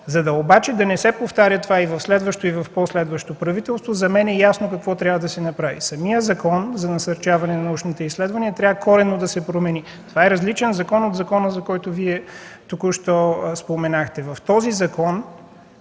фонд. За да не се повтаря това обаче в следващо и в пò следващо правителство, за мен е ясно какво трябва да се направи – самият Закон за насърчаване на научните изследвания трябва коренно да се промени. Това е различен закон от този, за който Вие току-що споменахте.